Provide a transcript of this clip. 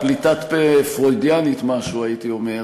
הייתה פליטת פה פרוידיאנית-משהו, הייתי אומר.